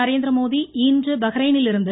நரேந்திரமோடி இன்று பஹ்ரைனிலிருந்து